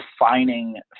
defining